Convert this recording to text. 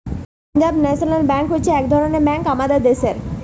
Punjab National হচ্ছে এক রকমের ব্যাঙ্ক আমাদের দ্যাশের